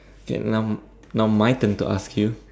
okay now now my turn to ask you